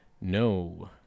No